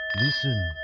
Listen